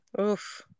Oof